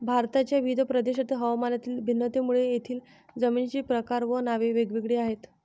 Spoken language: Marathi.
भारताच्या विविध प्रदेशांतील हवामानातील भिन्नतेमुळे तेथील जमिनींचे प्रकार व नावे वेगवेगळी आहेत